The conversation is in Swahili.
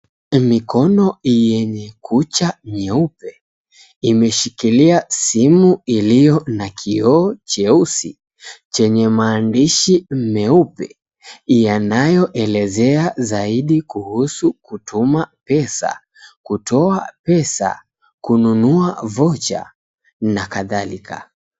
Mikono yenye kucha nyeupe imeshikilia simu iliyo na kichoo cheusi chenye maandishi meupe yanayoelezea zaidi kuhusu kutuma pesa, kutoa pesa, kununua vocha nakadhalika.